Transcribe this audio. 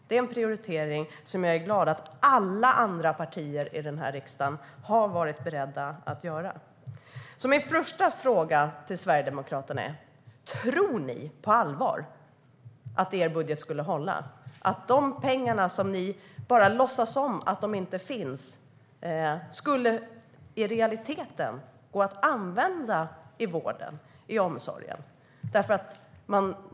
Det är en prioritering jag är glad att alla andra partier i den här riksdagen har varit beredda att göra. Mina första frågor till Sverigedemokraterna är: Tror ni på allvar att er budget skulle hålla? Tror ni att de pengar ni låtsas att man kan stryka skulle gå att använda i vården och omsorgen i realiteten?